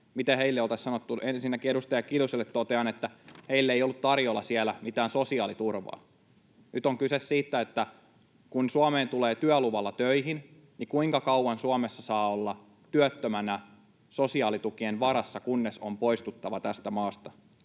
mitä heille oltaisiin sanottu. Ensinnäkin edustaja Kiljuselle totean, että heille ei ollut tarjolla siellä mitään sosiaaliturvaa. Nyt on kyse siitä, että kun Suomeen tulee työluvalla töihin, niin kuinka kauan Suomessa saa olla työttömänä sosiaalitukien varassa, kunnes on poistuttava tästä maasta.